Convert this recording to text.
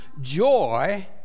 joy